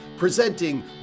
Presenting